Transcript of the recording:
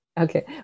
Okay